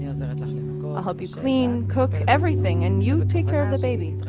yeah so i'll help you clean, cook, everything, and you take care of the baby.